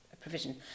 provision